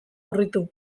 urritu